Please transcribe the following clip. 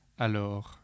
alors